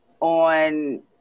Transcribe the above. on